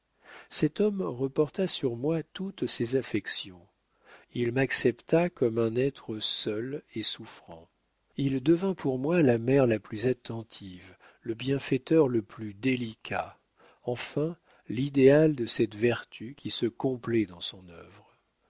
cet homme reporta sur moi toutes ses affections il m'accepta comme un être seul et souffrant il devint pour moi la mère la plus attentive le bienfaiteur le plus délicat enfin l'idéal de cette vertu qui se complaît dans son œuvre